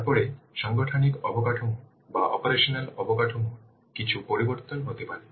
তারপরে সাংগঠনিক অবকাঠামো বা অপারেশনাল অবকাঠামো এ কিছু পরিবর্তন হতে পারে